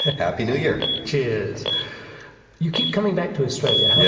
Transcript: happy new year. cheers! you keep coming back to australia, how yeah